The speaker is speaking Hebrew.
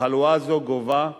שתחלואה זו גובה,